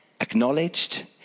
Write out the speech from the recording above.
acknowledged